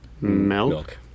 Milk